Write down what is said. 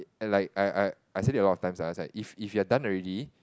like I I I said it a lot of times ah I was like if if you're done already